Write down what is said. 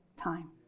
time